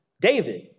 David